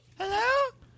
Hello